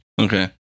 Okay